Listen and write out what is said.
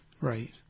right